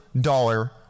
dollar